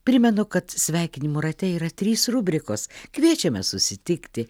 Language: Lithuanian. primenu kad sveikinimų rate yra trys rubrikos kviečiame susitikti